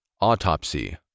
Autopsy